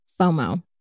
FOMO